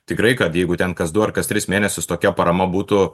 tikrai kad jeigu ten kas du ar kas tris mėnesius tokia parama būtų